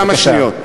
כמה שניות.